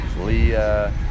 Leah